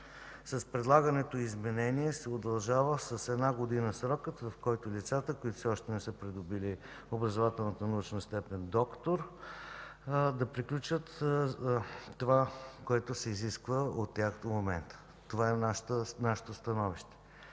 С предлаганото изменение се удължава срокът с една година, в който лицата, които все още не са придобили образователната научна степен „доктор”, да приключат това, което се изисква от тях до момента. Това е нашето становище.